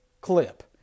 clip